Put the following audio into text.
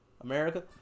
America